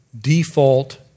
default